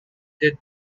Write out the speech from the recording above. did